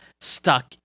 stuck